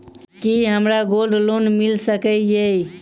की हमरा gold loan मिल सकैत ये?